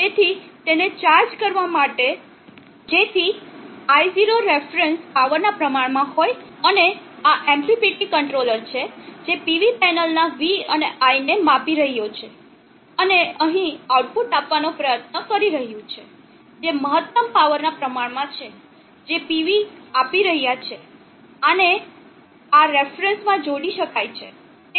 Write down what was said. તેથી તેને ચાર્જ કરવા માટે જેથી i0ref પાવરના પ્રમાણમાં હોય અને આ MPPT કંટ્રોલર છે જે PV પેનલના V અને I ને માપી રહ્યો છે અને અહીં આઉટપુટ આપવાનો પ્રયત્ન કરી રહ્યું છે જે મહત્તમ પાવરના પ્રમાણમાં છે જે PV આપી રહ્યા છે આને આ રેફરન્સ માં જોડી શકાય છે